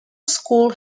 schools